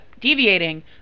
deviating